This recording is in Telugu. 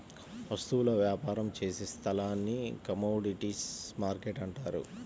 వస్తువుల వ్యాపారం చేసే స్థలాన్ని కమోడీటీస్ మార్కెట్టు అంటారు